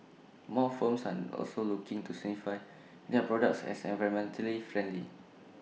more firms are also looking to certify their products as environmentally friendly